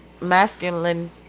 masculine